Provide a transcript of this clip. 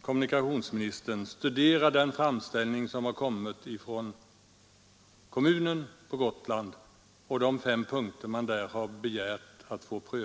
kommunikationsministern studera den framställning som har kommit från kommunen på Gotland beträffande de fem punkter där man begärt omprövning.